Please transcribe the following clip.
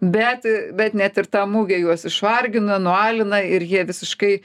bet bet net ir ta mugė juos išvargina nualina ir jie visiškai